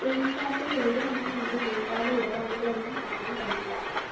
പേയ്സാപ്പിൽ എവിടെയാണ് എൻ്റെ മുൻകാല ഇടപാടുകളെല്ലാം കാണാൻ കഴിയുക